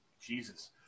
Jesus